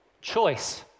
choice